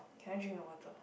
can I drink your water